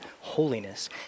holiness